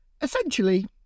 Essentially